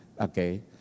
Okay